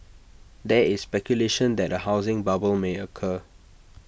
there is speculation that A housing bubble may occur